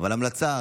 אבל המלצה,